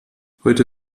heute